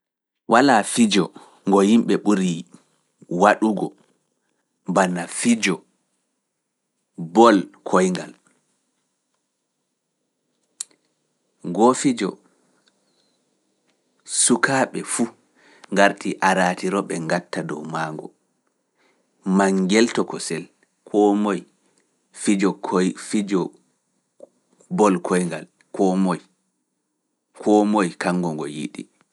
Walaa fijo ngo yimɓe ɓurii yidugo, mbelgo bana fijo koyde, fijo bol koyngal, ngoo fijo sukabe ngarti aratiro be ngadata dow maango. koo moye, kanngo ngon yiɗi.